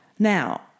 Now